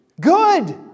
good